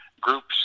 groups